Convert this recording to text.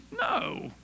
No